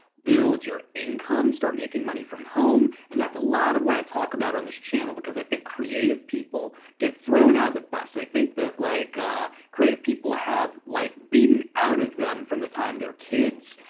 build your income, start making money from home, and that's a lot of what i talk about on this channel because i think creative people get thrown out of the bus. i think that like ah creative people have life beaten out of them from the time they're kids,